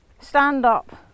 stand-up